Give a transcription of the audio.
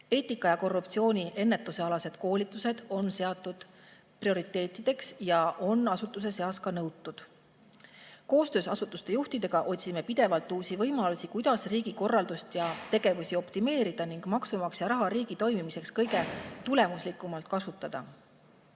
Eetika- ja korruptsiooni ennetuse alased koolitused on seatud prioriteetideks ja on asutuste seas nõutud. Koostöös asutuste juhtidega otsime pidevalt uusi võimalusi, kuidas riigi korraldust ja tegevusi optimeerida ning maksumaksja raha riigi toimimiseks kõige tulemuslikumalt kasutada.